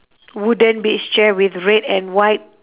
wooden beach chair with red and white